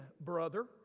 brother